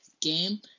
game